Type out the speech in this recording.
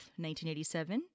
1987